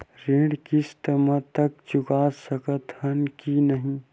ऋण किस्त मा तक चुका सकत हन कि नहीं?